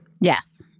Yes